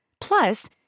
Plus